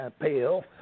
appeal